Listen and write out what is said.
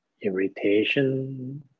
irritation